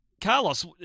Carlos